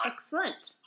Excellent